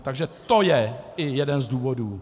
Takže to je i jeden z důvodů.